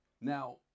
Now